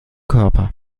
körper